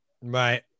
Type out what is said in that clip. Right